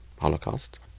Holocaust